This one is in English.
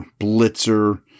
blitzer